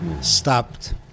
stopped